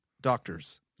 doctors